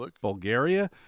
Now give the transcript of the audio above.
Bulgaria